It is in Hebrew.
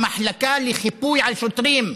המחלקה לחיפוי על שוטרים.